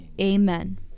Amen